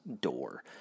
door